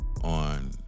on